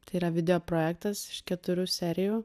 tai yra video projektas iš keturių serijų